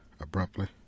abruptly